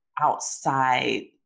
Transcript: outside